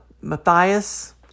Matthias